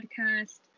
Podcast